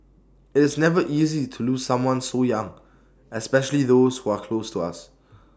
IT is never easy to lose someone so young especially those who are close to us